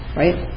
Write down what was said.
right